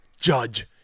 judge